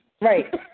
Right